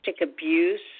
abuse